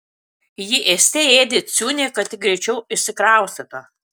ji ėste ėdė ciunį kad tik greičiau išsikraustytų